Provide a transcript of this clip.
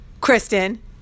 Kristen